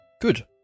Good